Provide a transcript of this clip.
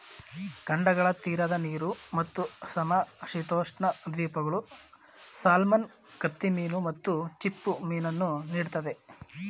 ಖಂಡಗಳ ತೀರದ ನೀರು ಮತ್ತು ಸಮಶೀತೋಷ್ಣ ದ್ವೀಪಗಳು ಸಾಲ್ಮನ್ ಕತ್ತಿಮೀನು ಮತ್ತು ಚಿಪ್ಪುಮೀನನ್ನು ನೀಡ್ತದೆ